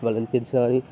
వాడు ఎంత ఏడ్చిన కానీ